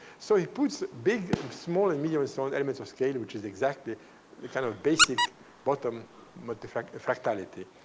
so he puts big and small and medium and so on elements of scale which is exactly the kind of basic bottom multi-fractality.